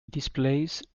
displays